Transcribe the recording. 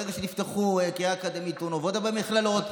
ברגע שנפתחו הקריה האקדמית אונו ועוד הרבה מכללות,